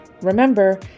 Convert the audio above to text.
Remember